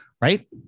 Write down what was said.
right